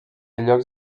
llocs